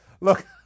Look